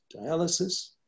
dialysis